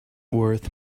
worth